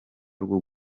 rwo